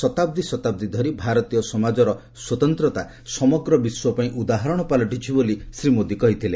ଶତାବ୍ଦୀ ଶତାବ୍ଦୀ ଧରି ଭାରତୀୟ ସମାଜର ସ୍ୱତନ୍ତ୍ରତା ସମଗ୍ର ବିଶ୍ୱପାଇଁ ଉଦାହରଣ ପାଲଟିଛି ବୋଲି ଶ୍ରୀ ମୋଦି କହିଥିଲେ